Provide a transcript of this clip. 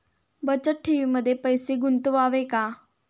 बचत ठेवीमध्ये पैसे गुंतवावे का?